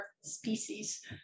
species